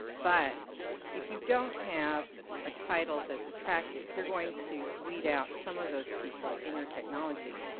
but if you don't have a title that's attractive, you're going to weed out some of those people in your technology.